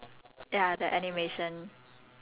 no I mean avatar legend of aang